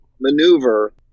maneuver